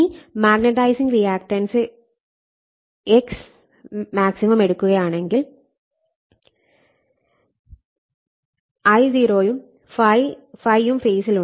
ഇനി magnetising reactance Xm എടുക്കുകയാണെങ്കിൽ I0 ഉം ∅ ഉം ഫേസിലുണ്ട്